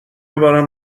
بارم